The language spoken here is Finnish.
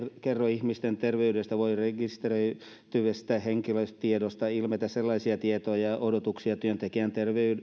kerro ihmisten terveydestä voi rekisteröitävistä henkilötiedoista ilmetä sellaisia tietoja ja odotuksia työntekijän